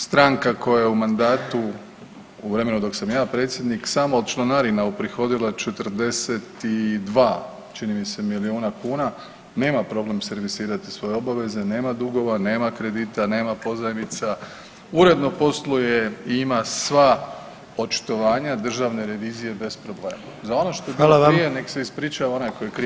Stranka koja je u mandatu, u vremenu dok sam ja predsjednik, samo od članarina uprihodila 42 čini mi se milijuna kuna, nema problem servisirati svoje obaveze, nema dugova, nema kredita, nema pozajmica, uredno posluje i ima sva očitovanja državne revizije bez problema [[Upadica: Hvala vam]] Za ono što je bilo prije nek se ispriča onaj tko je kriv.